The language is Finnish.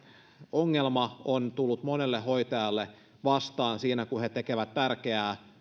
ongelma on tullut monelle hoitajalle vastaan siinä kun he tekevät tärkeää